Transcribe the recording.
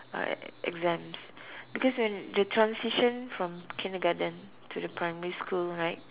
uh exams because when the transition from kindergarten to the primary school right